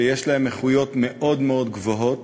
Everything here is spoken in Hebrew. שיש להם איכויות מאוד מאוד גבוהות,